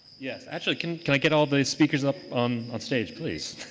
yes, actually, can can i get all the speakers up um on stage please?